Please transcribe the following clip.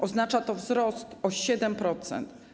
Oznacza to wzrost o 7%.